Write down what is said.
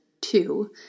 two